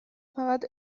فقط